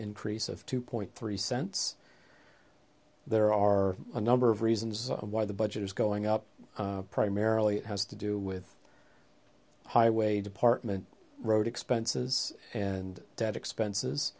increase of two point three cents there are a number of reasons why the budget is going up primarily it has to do with highway department road expenses and d